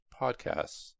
podcasts